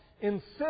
insist